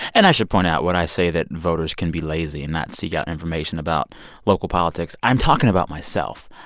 and i should point out, when i say that voters can be lazy and not seek out information about local politics, i'm talking about myself.